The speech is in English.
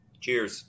Cheers